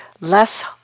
less